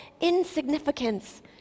insignificance